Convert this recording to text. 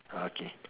ah K